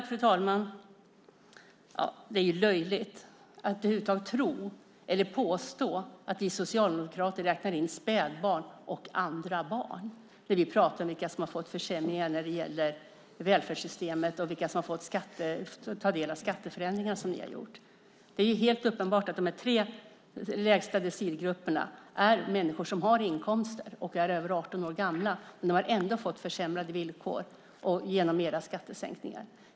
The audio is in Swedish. Fru talman! Det är löjligt att över huvud taget tro eller påstå att vi socialdemokrater räknar in spädbarn och andra barn när vi pratar om vilka som har fått försämringar när det gäller välfärdssystemet och vilka som har fått ta del av de skatteförändringar som ni, Fredrik Schulte, har gjort. Det är helt uppenbart att de tre lägsta decilgrupperna är människor som har inkomster och är över 18 år gamla. De har ändå fått försämrade villkor genom era skattesänkningar.